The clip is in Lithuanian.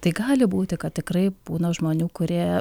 tai gali būti kad tikrai būna žmonių kurie